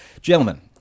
gentlemen